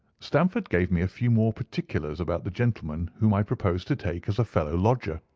stamford gave me a few more particulars about the gentleman whom i proposed to take as a fellow-lodger.